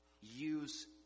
Use